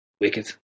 wicked